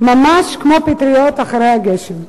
ממש כמו פטריות אחרי הגשם.